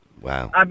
Wow